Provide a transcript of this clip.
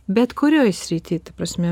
bet kurioj srity ta prasme